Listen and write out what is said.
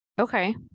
Okay